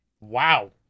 Wow